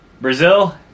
Brazil